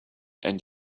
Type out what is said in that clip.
and